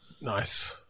Nice